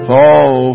Fall